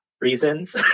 reasons